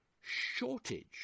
shortage